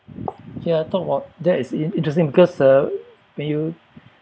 ya talk about that is in~ interesting because uh when you